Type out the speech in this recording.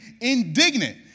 indignant